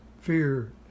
fear